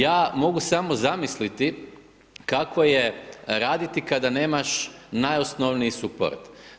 Ja mogu samo zamisliti, kako je raditi kada nemaš najosnovniji support.